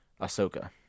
Ahsoka